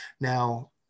Now